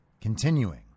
Continuing